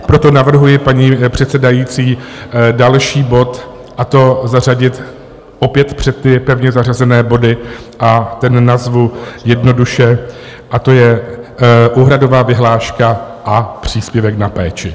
Proto navrhuji, paní předsedající, další bod, a to zařadit opět před ty pevně zařazené body, a ten nazvu jednoduše, a to je úhradová vyhláška a příspěvek na péči.